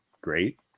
great